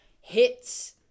hits